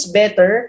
better